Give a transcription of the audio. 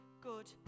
good